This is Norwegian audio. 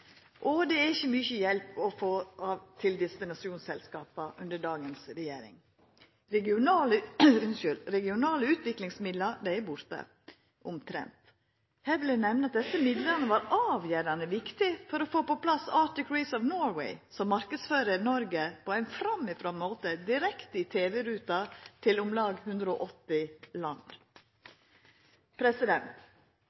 oppgåve. Det er ikkje mykje hjelp å få for destinasjonsselskapa under dagens regjering. Regionale utviklingsmidlar er omtrent borte. Her vil eg nemna at desse midlane var avgjerande viktige for å få på plass Arctic Race of Norway, som marknadsfører Noreg på ein framifrå måte, direkte i tv-ruta til om lag 180 land.